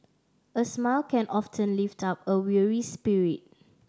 a smile can often lift up a weary spirit